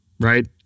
Right